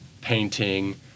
painting